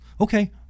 Okay